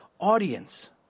audience